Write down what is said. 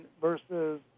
versus